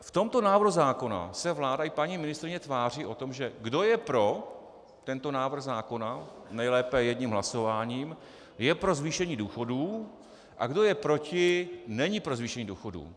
V tomto návrhu zákona se vláda i paní ministryně tváří, že kdo je pro tento návrh zákona, nejlépe jedním hlasováním, je pro zvýšení důchodů, a kdo je proti, není pro zvýšení důchodů.